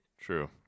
True